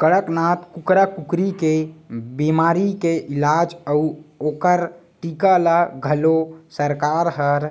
कड़कनाथ कुकरा कुकरी के बेमारी के इलाज अउ ओकर टीका ल घलौ सरकार हर